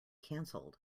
canceled